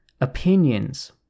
opinions